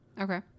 Okay